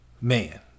man